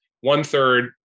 one-third